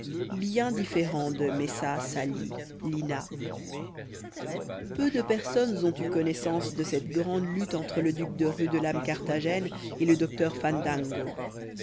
bien différents de messa sali lina peu de personnes ont eu connaissance de cette grande lutte entre le duc de rudelame carthagène et le docteur